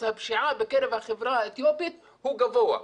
הפשיעה בקרב החברה האתיופית הוא גבוה.